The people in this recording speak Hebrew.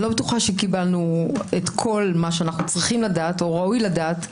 לא בטוחה שקיבלנו כל מה שאנו צריכים לדעת או ראוי לדעת.